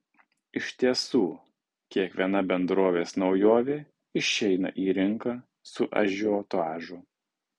iš tiesų kiekviena bendrovės naujovė išeina į rinką su ažiotažu